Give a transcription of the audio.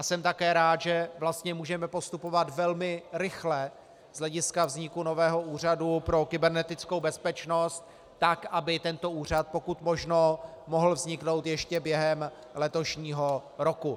Jsem také rád, že vlastně můžeme postupovat velmi rychle z hlediska vzniku nového úřadu pro kybernetickou bezpečnost, tak aby tento úřad pokud možno mohl vzniknout ještě během letošního roku.